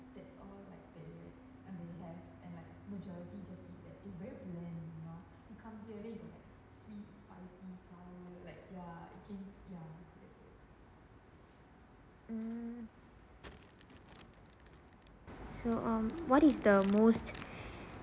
mm so um what is the most